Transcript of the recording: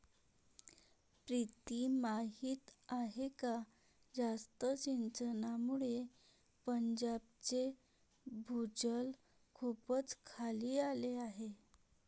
प्रीती माहीत आहे का जास्त सिंचनामुळे पंजाबचे भूजल खूपच खाली आले आहे